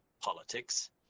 politics